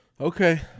Okay